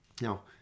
Now